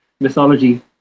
mythology